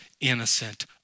innocent